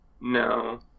no